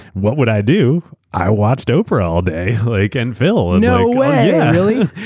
what would i do? i watched oprah all day like and phil. and no way, really?